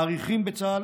מעריכים בצה"ל,